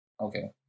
okay